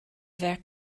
ferch